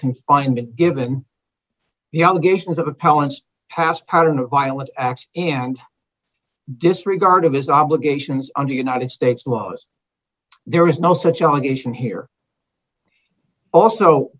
confinement given the allegations of opponents past pattern of violent acts and disregard of his obligations under united states laws there is no such allegation here also